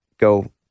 go